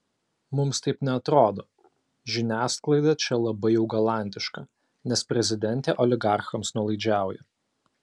mums taip neatrodo žiniasklaida čia labai jau galantiška nes prezidentė oligarchams nuolaidžiauja